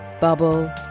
bubble